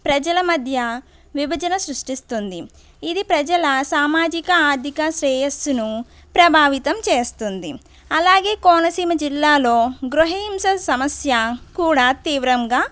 ప్రజల మధ్య విభజన సృష్టిస్తుంది ఇది ప్రజల సామాజిక ఆర్థిక శ్రేయస్సును ప్రభావితం చేస్తుంది అలాగే కోనసీమ జిల్లాలో గృహహింస సమస్య కూడా తీవ్రంగా